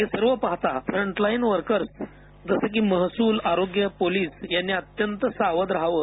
हे सर्व पाहत सर्व फ्रंट लाईन वर्कर्स जसे की महसूल आरोग्य पोलीस यांनी अत्यंत सावध राहावे